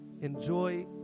Enjoy